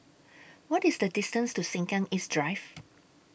What IS The distance to Sengkang East Drive